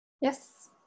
yes